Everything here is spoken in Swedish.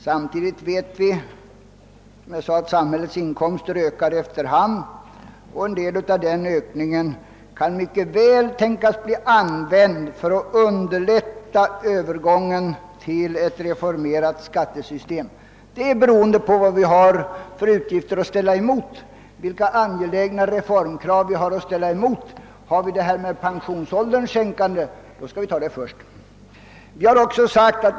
Samtidigt vet vi att samhällets inkomster ökar under hand, och en del av den ökningen kan mycket väl tänkas bli använd för att underlätta en reformering av skattesystemet. Det är beroende på vilka utgifter för angelägna reformkrav vi har att ställa emot. Ingår bland dessa en sänkning av pensionsåldern, tycker jag vi bör ta den saken först.